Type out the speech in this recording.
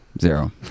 zero